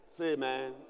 Amen